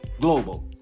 Global